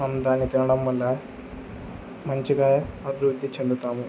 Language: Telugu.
మనం దాన్ని తినడం వల్ల మంచిగా అభివృద్ధి చెందుతాము